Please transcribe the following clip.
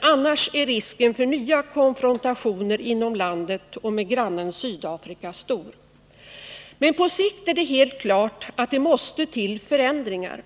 Annars är risken för nya konfrontationer inom landet och med grannen Sydafrika stor. Men på sikt är det helt klart att det måste till förändringar.